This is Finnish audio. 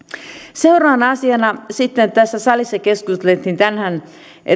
seuraavana asiana tässä salissa keskusteltiin tänään